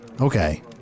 Okay